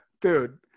Dude